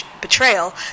betrayal